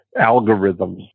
algorithms